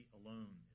alone